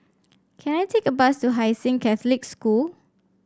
can I take a bus to Hai Sing Catholic School